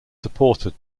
supported